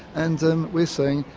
and um we're saying,